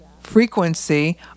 frequency